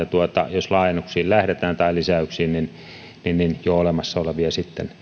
jos laajennuksiin tai lisäyksiin lähdetään niin jo olemassa olevia